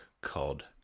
called